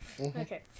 Okay